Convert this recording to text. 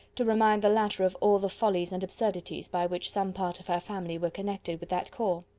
to remind the latter of all the follies and absurdities by which some part of her family were connected with that corps.